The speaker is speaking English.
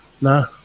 Nah